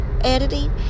editing